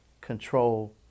control